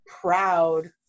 proud